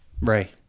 Ray